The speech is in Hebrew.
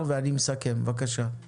זה נשאר אותו סכום היום בשנת 2021,